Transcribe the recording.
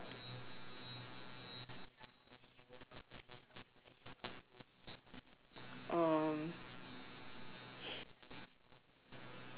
um